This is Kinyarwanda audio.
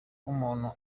umuntu